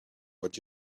what